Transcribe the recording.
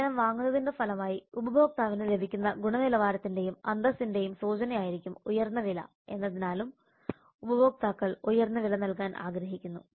സേവനം വാങ്ങുന്നതിന്റെ ഫലമായി ഉപഭോക്താവിന് ലഭിക്കുന്ന ഗുണനിലവാരത്തിന്റെയും അന്തസ്സിന്റെയും സൂചനയായിരിക്കും ഉയർന്ന വില എന്നതിനാലും ഉപഭോക്താക്കൾ ഉയർന്ന വില നൽകാൻ ആഗ്രഹിക്കുന്നു